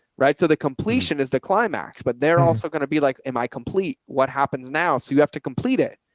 right? so the completion is the climax, but they're also going to be like, am i complete what happens now? so you have to complete it.